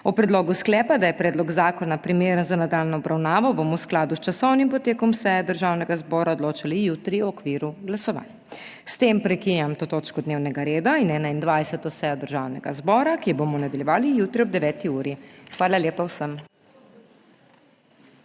O predlogu sklepa, da je predlog zakona primeren za nadaljnjo obravnavo, bomo v skladu s časovnim potekom seje Državnega zbora odločali jutri v okviru glasovanj. S tem prekinjam to točko dnevnega reda in 21. sejo Državnega zbora, ki jo bomo nadaljevali jutri ob 9. uri. Hvala lepa vsem.